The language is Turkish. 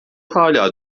hala